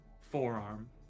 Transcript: forearm